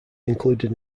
included